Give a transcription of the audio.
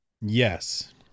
Yes